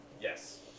Yes